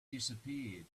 disappeared